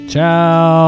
Ciao